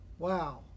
Wow